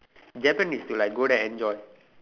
Japan is to like go there enjoy